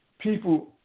people